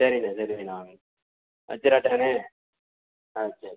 சரிண்ணே சரிண்ணே வாங்க வச்சுறட்டாண்ணே ஆ சரி